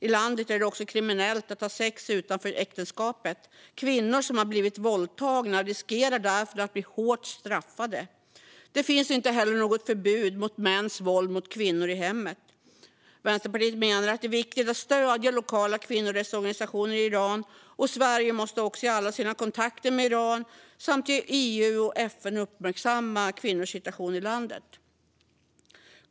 I landet är det också kriminellt att ha sex utanför äktenskapet, och kvinnor som har blivit våldtagna riskerar därför att bli hårt straffade. Det finns inte heller något förbud mot mäns våld mot kvinnor i hemmet. Vänsterpartiet menar att det är viktigt att stödja lokala kvinnorättsorganisationer i Iran. Sverige måste också i alla sina kontakter med Iran samt i EU och FN uppmärksamma kvinnors situation i landet.